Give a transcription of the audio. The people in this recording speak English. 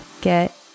get